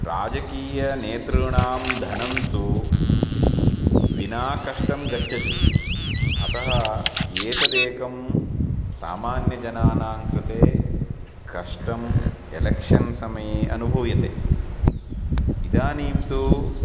राजकीयनेतॄणां धनं तु विना कष्टं गच्छति अतः एतदेकं सामान्यजनानां कृते कष्टम् एलेक्शन् समये अनुभूयते इदानीं तु